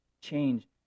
change